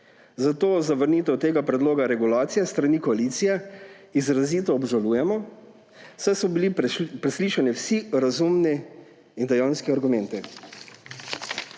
Zato zavrnitev tega predloga regulacije s strani koalicije izrazito obžalujemo, saj so bili preslišani vsi razumni in dejanski argumenti.